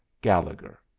gallegher.